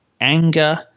anger